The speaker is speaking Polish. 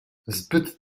zbyt